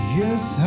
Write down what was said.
Yes